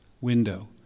window